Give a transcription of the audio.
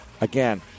again